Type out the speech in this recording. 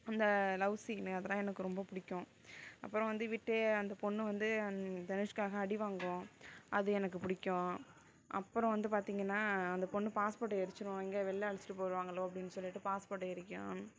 அந்த love scene அதெல்லாம் எனக்கு ரொம்ப பிடிக்கும் அப்புறம் வந்துவிட்டு அந்த பொண்ணு வந்து தனுஷ்காக அடி வாங்கும் அது எனக்கு பிடிக்கும் அப்புறம் வந்து பார்த்தீங்கன்னா அந்த பொண்ணு பாஸ்போட்டை எரிச்சுரும் எங்கே வெளில அழைச்சிட்டு போய்விடுவாங்களோ அப்படினு சொல்லிட்டு பாஸ்போட்டை எரிக்கும்